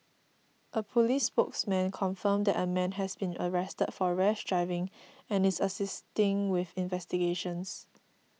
a police spokesman confirmed that a man has been arrested for rash driving and is assisting with investigations